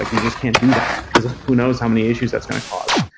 like you just can't do that, because of who knows how many issues that's going to cause.